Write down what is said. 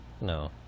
No